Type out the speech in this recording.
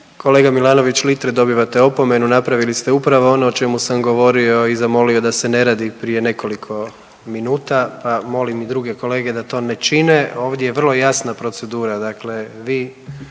Kolega Milanović Litre dobivate opomenu napravili ste upravo ono o čemu sam govorio i zamolio da se ne radi prije nekoliko minuta, pa molim i druge kolege da to ne čine. Ovdje je vrlo jasna procedura, dakle vi